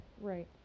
Right